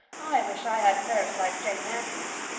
i wish i had nerves like jane andrews.